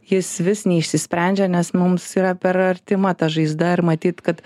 jis vis neišsisprendžia nes mums yra per artima ta žaizda ir matyt kad